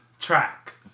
track